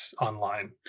online